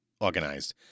organized